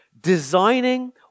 designing